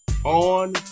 On